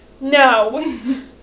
No